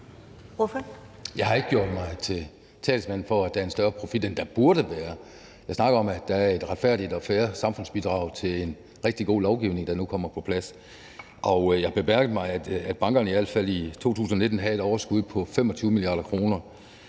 Jeg har ikke gjort mig til talsmand for, at der er en større profit, end der burde være. Jeg snakker om, at der er et retfærdigt og fair samfundsbidrag til en rigtig god lovgivning, der nu kommer på plads. Og jeg bemærkede, at bankerne i hvert fald i 2019 havde et overskud på 25 mia. kr.